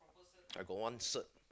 I go on cert